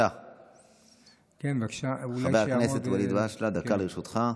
חבר הכנסת ואליד אלהואשלה, דקה לרשותך,